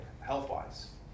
health-wise